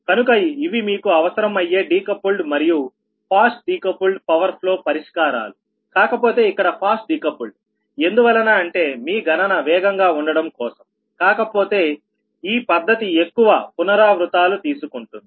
కనుక ఇవి మీకు అవసరం అయ్యే డికపుల్డ్ మరియు ఫాస్ట్ డికపుల్డ్ పవర్ ఫ్లో పరిష్కారాలుకాకపోతే ఇక్కడ ఫాస్ట్ డికపుల్డ్ఎందువలన అంటే మీ గణన వేగం గా ఉండడం కోసం కాకపోతే ఈ పద్ధతి ఎక్కువ పునరావృతాలు తీసుకుంటుంది